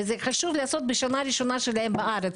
וזה חשוב לעשות את זה בשנה הראשונה שלהם בארץ.